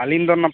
ᱟᱹᱞᱤᱧ ᱫᱚ